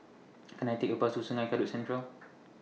Can I Take A Bus to Sungei Kadut Central